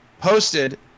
posted